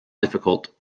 difficult